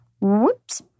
Whoops